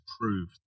prove